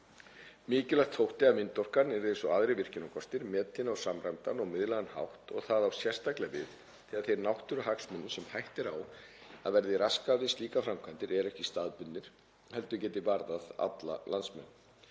Mikilvægt þótti að vindorkan yrði eins og aðrir virkjunarkostir metin á samræmdan og miðlægan hátt og það á sérstaklega við þegar þeir náttúruhagsmunir sem hætta er á að verði raskað við slíkar framkvæmdir eru ekki staðbundnir heldur geti varðað alla landsmenn.